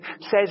says